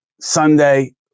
Sunday